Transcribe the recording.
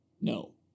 No